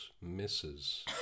misses